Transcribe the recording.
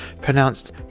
pronounced